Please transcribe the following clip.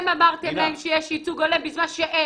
אתם אמרתם להם שיש ייצוג הולם בזמן שאין.